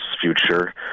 future